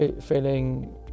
feeling